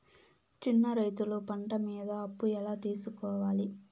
చిన్న రైతులు పంట మీద అప్పు ఎలా తీసుకోవాలి?